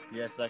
Yes